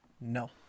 No